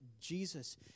Jesus